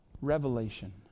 revelation